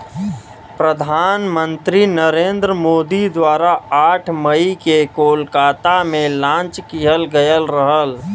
प्रधान मंत्री नरेंद्र मोदी द्वारा आठ मई के कोलकाता में लॉन्च किहल गयल रहल